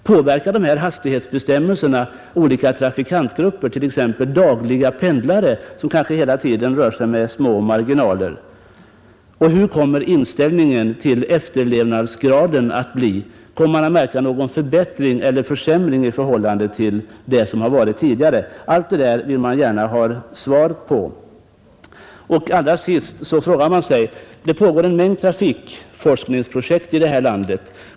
Påverkar hastighetsbestämmelserna vissa trafikantgrupper speciellt, t.ex. dagspendlare som kanske hela tiden rör sig med små tidsmarginaler? Hur är det med inställningen till efterlevnaden? Märks någon förbättring eller försämring i förhållande till vad som gällt tidigare? Allt det där vill allmänheten gärna ha svar på. Det pågår flera trafikforskningsprojekt här i landet.